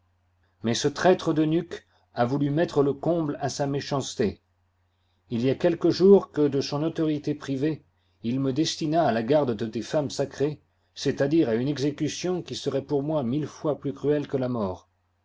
mais ce traître d'eunuque a voulu mettre le comble à sa méchanceté il y a quelques jours que de son autorité privée il me destina à la garde de tes femmes sacrées c'est-à-dire à une exécution qui seroit pour moi mille fois plus cruelle que la mort